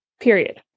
Period